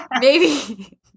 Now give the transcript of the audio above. Maybe-